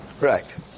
right